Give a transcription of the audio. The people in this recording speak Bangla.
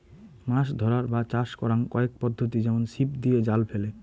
মাছ ধরার বা চাষ করাং কয়েক পদ্ধতি যেমন ছিপ দিয়ে, জাল ফেলে